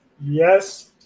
yes